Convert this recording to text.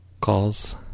calls